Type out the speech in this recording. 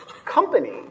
company